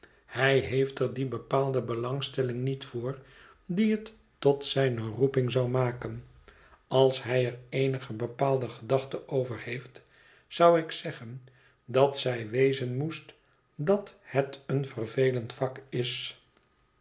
hij heeft er die bepaalde belangstelling niet voor die het tot zijne roeping zou maken als hij er eenige bepaalde gedachte over heeft zou ik zeggen dat zij wezen moest dat het een vervelend vak is